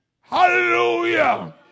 Hallelujah